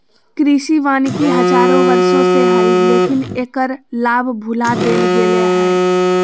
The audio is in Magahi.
कृषि वानिकी हजारों वर्षों से हइ, लेकिन एकर लाभ भुला देल गेलय हें